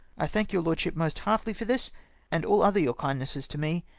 i thank your lordship most heartily for this and all other your kindnesses to me,